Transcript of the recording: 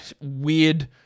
weird